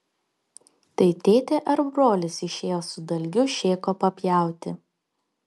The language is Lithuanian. tai tėtė ar brolis išėjo su dalgiu šėko papjauti